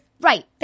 Right